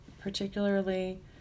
particularly